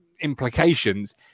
implications